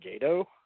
Gato